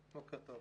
בוקר טוב.